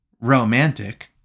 romantic